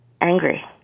angry